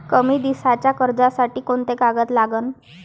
कमी दिसाच्या कर्जासाठी कोंते कागद लागन?